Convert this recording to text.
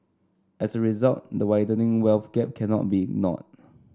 as a result the widening wealth gap cannot be ignored